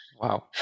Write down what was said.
Wow